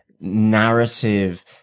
narrative